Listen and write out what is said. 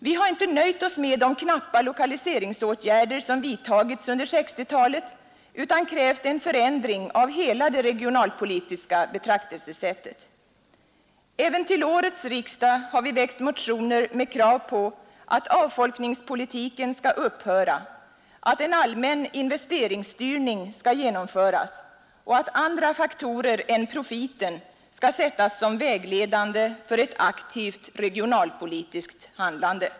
Vi har inte nöjt oss med de knappa lokaliseringsåtgärder som vidtagits under 1960-talet utan krävt en förändring av hela det regionalpolitiska betraktelsesättet. Även till årets riksdag har vi väckt motioner med krav på att avfolkningspolitiken skall upphöra, att en allmän investeringsstyrning skall genomföras och att andra faktorer än profiten skall sättas som vägledande för ett aktivt regionalpolitiskt handlande.